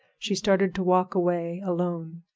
she started to walk away alone.